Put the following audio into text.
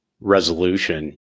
resolution